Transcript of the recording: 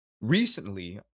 Recently